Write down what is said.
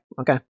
Okay